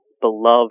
beloved